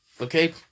Okay